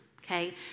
Okay